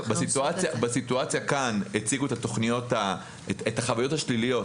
בסיטואציה כאן הציגו את החוויות השליליות,